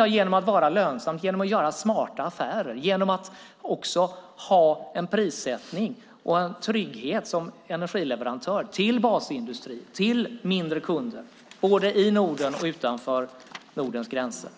Jo, genom att vara lönsamt, göra smarta affärer och genom att ha en bra prissättning och en trygghet som energileverantör till basindustrin och mindre kunder både i Norden och utanför Nordens gränser.